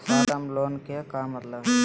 Short term loan के का मतलब हई?